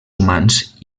humans